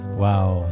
wow